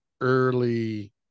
early